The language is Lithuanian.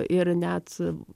ir net